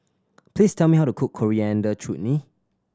please tell me how to cook Coriander Chutney